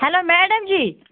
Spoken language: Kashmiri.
hello madam G